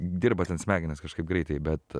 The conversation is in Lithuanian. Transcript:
dirba ten smegenys kažkaip greitai bet